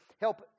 help